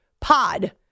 pod